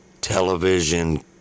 television